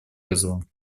вызовам